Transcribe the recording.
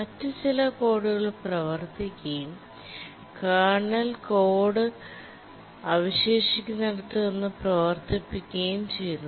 മറ്റ് ചില കോഡുകൾ പ്രവർത്തിക്കുകയും കേർണ കോഡ് അവശേഷിക്കുന്നിടത്ത് നിന്ന് പ്രവർത്തിപ്പിക്കുകയും ചെയ്യുന്നു